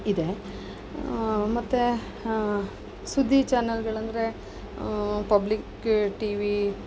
ಇದೆ ಮತ್ತೆ ಸುದ್ದಿ ಚಾನಲ್ಗಳಂದರೆ ಪಬ್ಲಿಕ್ ಟಿ ವಿ